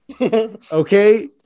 Okay